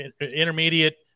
intermediate